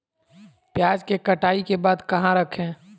प्याज के कटाई के बाद कहा रखें?